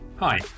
Hi